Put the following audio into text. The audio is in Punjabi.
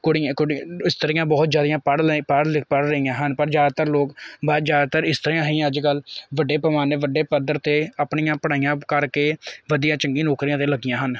ਕੁੜੀ ਕੁੜੀ ਇਸਤਰੀਆਂ ਬਹੁਤ ਜ਼ਿਆਦਾ ਪੜ੍ਹ ਲੈ ਪੜ੍ਹ ਲਿਖ ਪੜ੍ਹ ਰਹੀਆਂ ਹਨ ਪਰ ਜ਼ਿਆਦਾਤਰ ਲੋਕ ਬਾਹਰ ਜ਼ਿਆਦਾਤਰ ਇਸਤਰੀਆਂ ਹੀ ਅੱਜ ਕੱਲ੍ਹ ਵੱਡੇ ਪੈਮਾਨੇ ਵੱਡੇ ਪੱਧਰ 'ਤੇ ਆਪਣੀਆਂ ਪੜ੍ਹਾਈਆਂ ਕਰਕੇ ਵਧੀਆ ਚੰਗੀ ਨੌਕਰੀਆਂ 'ਤੇ ਲੱਗੀਆਂ ਹਨ